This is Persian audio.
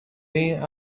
این